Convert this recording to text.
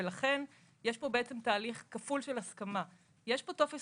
ולכן יש פה תהליך כפול של הסכמה: יש פה טופס